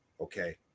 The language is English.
Okay